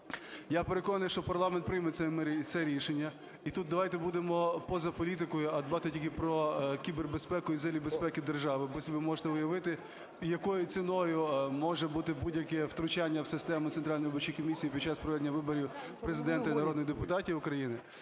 Я переконаний, що парламент прийме це рішення. І тут давайте будемо поза політикою, а дбати тільки про кібербезпеку і взагалі безпеку державу. Ви собі можете уявити, якою ціною може бути будь-яке втручання в систему Центральної виборчої комісії під час проведення виборів Президента і народних депутатів України.